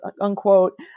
unquote